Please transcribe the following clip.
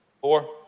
Four